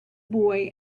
boy